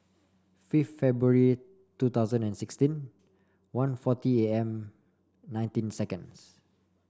fifth February two thousand and sixteen one forty A M nineteen seconds